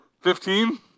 Fifteen